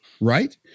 right